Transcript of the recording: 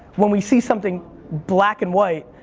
when we see something black and white,